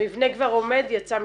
המבנה כבר עומד, יצא מכרז.